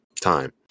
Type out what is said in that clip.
Time